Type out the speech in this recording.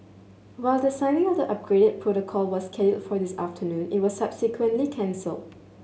while the signing of the upgraded protocol was scheduled for this afternoon it was subsequently cancelled